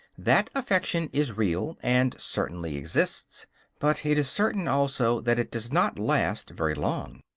that affection is real, and certainly exists but it is certain also that it does not last very long.